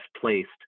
placed